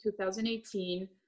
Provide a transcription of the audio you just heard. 2018